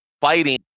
fighting